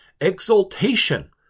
exultation